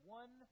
one